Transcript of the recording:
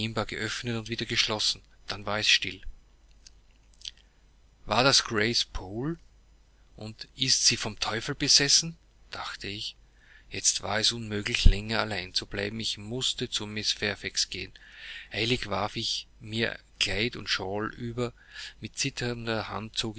geöffnet und wieder geschlossen dann war alles still war das grace poole und ist sie vom teufel besessen dachte ich jetzt war es unmöglich länger allein zu bleiben ich mußte zu mrs fairfax gehen eilig warf ich mir kleid und shawl über mit zitternder hand